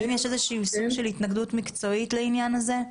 האם יש סוג של התנגדות מקצועית לעניין הזה?